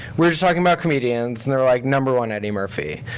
were just talking about comedians. and they were like, number one, eddie murphy.